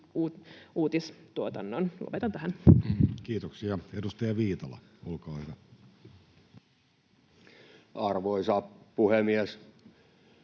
erityissuojelukseen. — Lopetan tähän. Kiitoksia. — Edustaja Viitala, olkaa hyvä. Arvoisa puhemies!